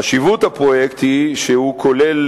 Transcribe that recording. חשיבות הפרויקט היא שהוא כולל,